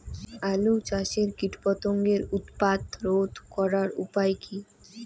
আলু চাষের কীটপতঙ্গের উৎপাত রোধ করার উপায় কী?